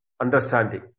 understanding